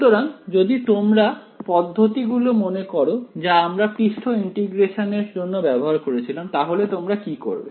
সুতরাং যদি তোমরা পদ্ধতি গুলো মনে করো যা আমরা পৃষ্ঠ ইন্টিগ্রেশন এর জন্য ব্যবহার করেছিলাম তাহলে তোমরা কি করবে